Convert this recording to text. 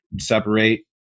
separate